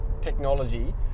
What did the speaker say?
technology